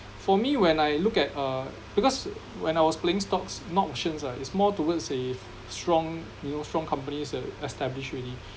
for me when I look at uh because when I was playing stocks not options ah it's more towards a strong you know strong companies that established already